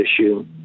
issue